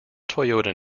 toyota